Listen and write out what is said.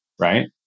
Right